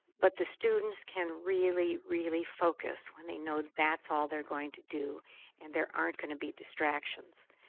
but the students can really, really focus when they know that's all they're going to do and there aren't going to be distractions.